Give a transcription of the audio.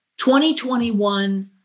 2021